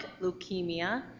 leukemia